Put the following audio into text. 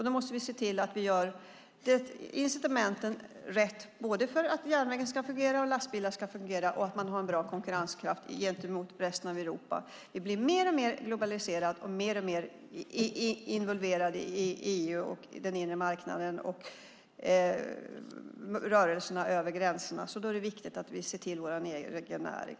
Då måste vi se till att ge rätt incitament för att både järnvägen och lastbilarna ska fungera och se till att vi har en bra konkurrens gentemot resten av Europa. Vi blir mer och mer globaliserade och mer och mer involverade i EU, den inre marknaden och rörelserna över gränserna. Därför är det viktigt att vi ser till vår egen näring.